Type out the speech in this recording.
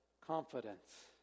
confidence